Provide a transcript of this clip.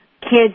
kids